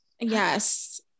yes